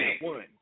one